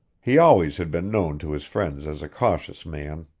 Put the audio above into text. he always had been known to his friends as a cautious man.